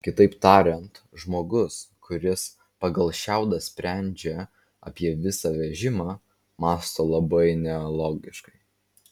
kitaip tariant žmogus kuris pagal šiaudą sprendžia apie visą vežimą mąsto labai nelogiškai